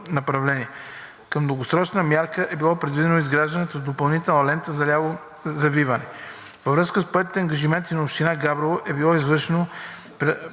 направление. Като дългосрочна мярка е било предвидено изграждането на допълнителна лента за ляво завиване. Във връзка с поетите ангажименти на Община Габрово е било извършено преброяване